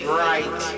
right